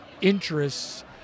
interests